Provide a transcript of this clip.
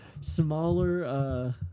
smaller